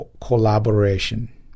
collaboration